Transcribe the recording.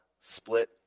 split